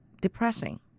Depressing